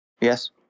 Yes